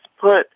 put